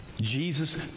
Jesus